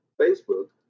Facebook